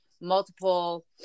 multiple